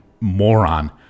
moron